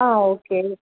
ஆ okay